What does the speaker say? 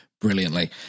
brilliantly